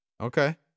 Okay